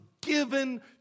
given